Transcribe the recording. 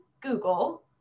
Google